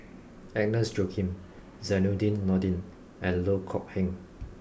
Agnes Joaquim Zainudin Nordin and Loh Kok Heng